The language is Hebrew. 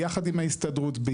ביחד עם ההסתדרות הציונית העולמית,